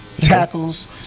Tackles